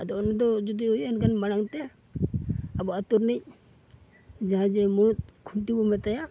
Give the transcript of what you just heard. ᱟᱫᱚ ᱚᱱᱟᱫᱚ ᱡᱩᱫᱤ ᱢᱟᱲᱟᱝᱛᱮ ᱟᱵᱚ ᱟᱛᱩᱨᱤᱱᱤᱡ ᱡᱟᱦᱟᱸᱭ ᱪᱮ ᱢᱩᱬᱩᱫ ᱠᱷᱩᱱᱴᱤᱵᱚ ᱢᱮᱛᱟᱭᱟ